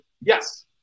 Yes